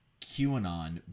QAnon